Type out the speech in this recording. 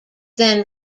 then